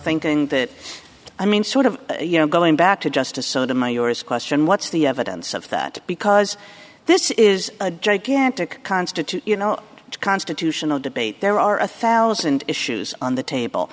thinking that i mean sort of you know going back to justice sotomayor is question what's the evidence of that because this is a gigantic constitute you know constitutional debate there are a thousand issues on the table